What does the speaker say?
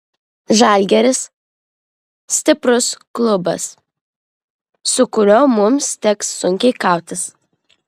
žalgiris stiprus klubas su kuriuo mums teks sunkiai kautis